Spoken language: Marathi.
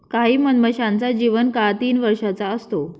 काही मधमाशांचा जीवन काळ तीन वर्षाचा असतो